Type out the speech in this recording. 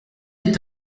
est